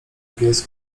pies